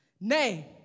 nay